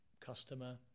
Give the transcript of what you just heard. customer